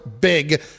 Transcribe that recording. big